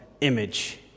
image